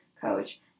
coach